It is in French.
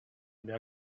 mais